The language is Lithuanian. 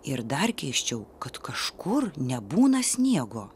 ir dar keisčiau kad kažkur nebūna sniego